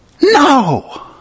No